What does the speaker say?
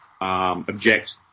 object